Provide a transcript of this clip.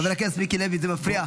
חבר הכנסת מיקי לוי, זה מפריע.